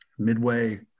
Midway